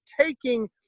taking